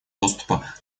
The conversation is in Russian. доступа